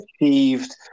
achieved